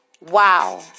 Wow